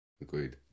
Agreed